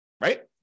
Right